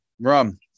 Rum